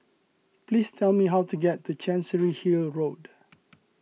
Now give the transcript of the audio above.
please tell me how to get to Chancery Hill Road